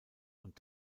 und